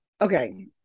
okay